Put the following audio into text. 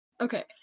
Okay